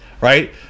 right